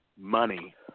Money